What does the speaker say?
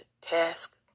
task